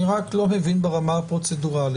אני רק לא מבין ברמה הפרוצדורלית.